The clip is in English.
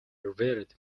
revered